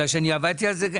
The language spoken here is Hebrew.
בגלל שאני עבדתי על זה.